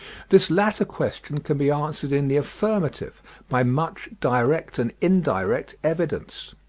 this latter question can be answered in the affirmative by much direct and indirect evidence.